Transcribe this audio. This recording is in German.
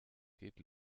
geht